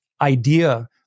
idea